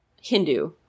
Hindu